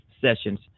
Sessions